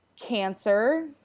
cancer